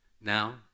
Now